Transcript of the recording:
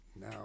Now